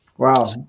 Wow